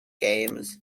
games